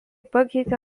pakeitė